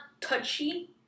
touchy